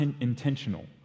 intentional